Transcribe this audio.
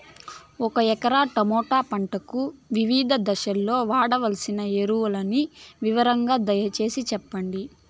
ఒక ఎకరా టమోటా పంటకు వివిధ దశల్లో వాడవలసిన ఎరువులని వివరంగా దయ సేసి చెప్పండి?